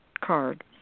card